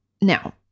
Now